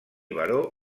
baró